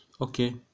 Okay